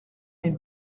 mille